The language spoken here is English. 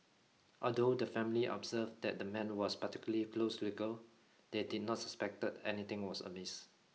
although the family observed that the man was particularly close they did not suspect anything was a miss